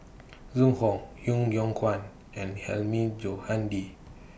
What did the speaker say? Zhu Hong Yeo Yeow Kwang and Hilmi Johandi